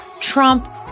Trump